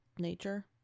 nature